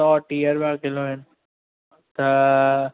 सौ टीह रुपिया किलो आहिनि त